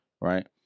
right